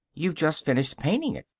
you've just finished painting it.